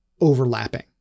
overlapping